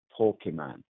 Pokemon